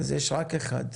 אז יש רק אחד.